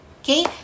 Okay